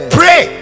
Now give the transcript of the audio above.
pray